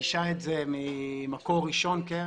זה ממקור ראשון.